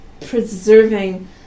preserving